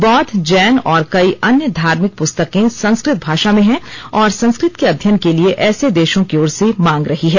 बौद्ध जैन और कई अन्य धार्मिक पुस्तकें संस्कृत भाषा में हैं और संस्कृत के अध्ययन के लिए ऐसे देशों की ओर से मांग रही है